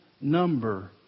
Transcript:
number